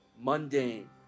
mundane